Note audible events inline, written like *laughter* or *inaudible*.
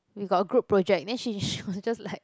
we got group project then she *laughs* she was just like